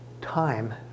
time